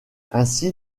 ainsi